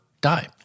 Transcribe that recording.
die